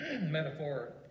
metaphor